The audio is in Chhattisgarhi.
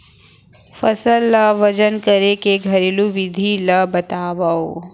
फसल ला वजन करे के घरेलू विधि ला बतावव?